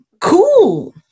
Cool